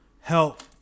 help